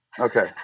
okay